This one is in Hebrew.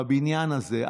בבניין הזה,